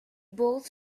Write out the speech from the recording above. bought